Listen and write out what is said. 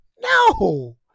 no